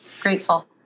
Grateful